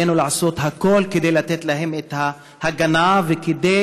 עלינו לעשות הכול כדי לתת להם את ההגנה וכדי